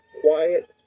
Quiet